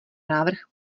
návrh